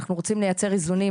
אנחנו רוצים לייצר איזונים,